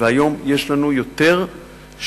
והיום יש לנו יותר שליטה.